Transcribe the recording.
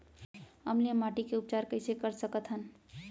अम्लीय माटी के उपचार कइसे कर सकत हन?